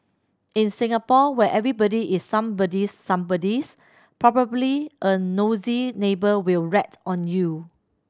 in Singapore where everybody is somebody's somebody's probably a nosy neighbour will rat on you